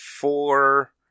four